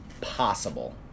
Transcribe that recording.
possible